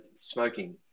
smoking